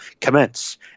commence